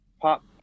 pop